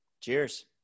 Cheers